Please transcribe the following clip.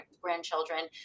grandchildren